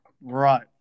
right